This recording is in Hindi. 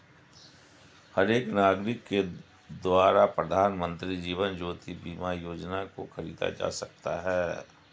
हर एक नागरिक के द्वारा प्रधानमन्त्री जीवन ज्योति बीमा योजना को खरीदा जा सकता है